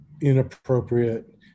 inappropriate